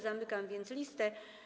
Zamykam więc listę.